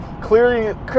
clearly